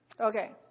Okay